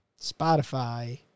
Spotify